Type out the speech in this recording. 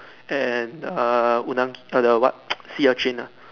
and err unagi and the what sea urchin nah